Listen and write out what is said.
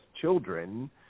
children